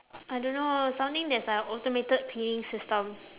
I don't know something that's like a automated cleaning system